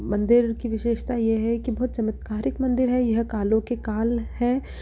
मंदिर की विशेषता ये है कि बहुत चमत्कारिक मंदिर है यह कालों के काल हैं